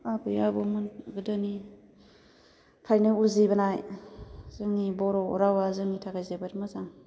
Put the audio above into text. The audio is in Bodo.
आबै आबौमोन गोदोनि फ्रायनो उजिबोनाय जोंनि बर' रावआ जोंनि थाखाय जोबोर मोजां